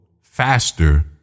faster